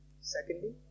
Secondly